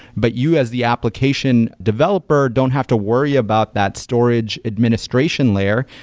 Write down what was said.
but you as the application developer don't have to worry about that storage administration layer.